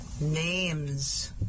names